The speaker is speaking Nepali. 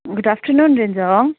good afternoon Rinjang